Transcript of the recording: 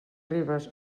ribes